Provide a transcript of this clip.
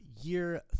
year